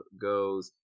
goes